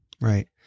right